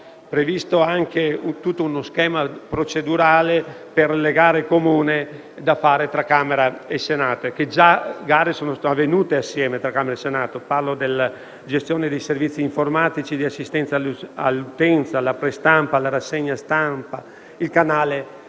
previsto anche tutto uno schema procedurale per le gare comuni, da fare tra Camera e Senato. Già alcune gare sono state espletate assieme da Camera e Senato: parlo della gestione dei servizi informatici, di assistenza all'utenza, della prestampa e della rassegna stampa e del canale